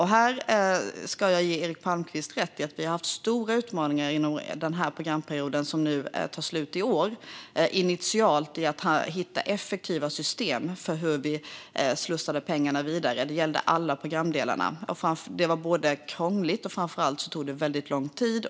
Här ska jag ge Eric Palmqvist rätt i att vi inom den programperiod som tar slut i år initialt hade stora utmaningar i att hitta effektiva system för hur vi skulle slussa pengarna vidare. Det gällde alla programdelar. Det var krångligt, och framför allt tog det väldigt lång tid.